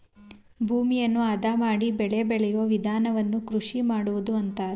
ಭೂಮಿಯನ್ನು ಅದ ಮಾಡಿ ಬೆಳೆ ಬೆಳೆಯೂ ವಿಧಾನವನ್ನು ಕೃಷಿ ಮಾಡುವುದು ಅಂತರೆ